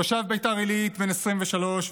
תושב ביתר עילית בן 23,